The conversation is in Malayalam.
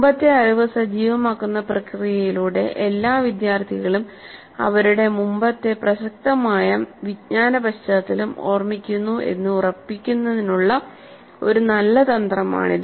മുമ്പത്തെ അറിവ് സജീവമാക്കുന്ന പ്രക്രിയയിലൂടെ എല്ലാ വിദ്യാർത്ഥികളും അവരുടെ മുമ്പത്തെ പ്രസക്തമായ വിജ്ഞാന പശ്ചാത്തലം ഓർമ്മിക്കുന്നു എന്ന് ഉറപ്പിക്കുന്നതിനുള്ള ഒരു നല്ല തന്ത്രമാണിത്